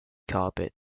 carpet